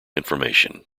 information